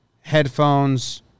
headphones